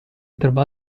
trovò